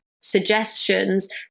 suggestions